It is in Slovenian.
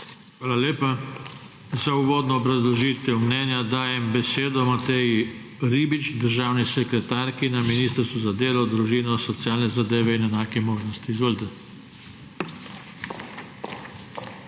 Hvala lepa. Za uvodno obrazložitev mnenja dajem besedo Mateji Ribič, državni sekretarki na Ministrstvu za delo, družino, socialne zadeve in enake možnosti. Izvolite.